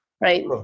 right